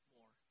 More